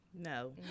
no